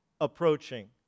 approaching